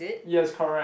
yes correct